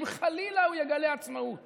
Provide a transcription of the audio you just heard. אם חלילה הוא יגלה עצמאות